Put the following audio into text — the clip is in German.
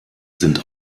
sind